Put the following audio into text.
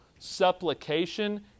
supplication